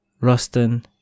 Rustin